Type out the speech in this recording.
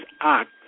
act